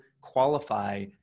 qualify